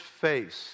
face